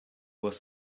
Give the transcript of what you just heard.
was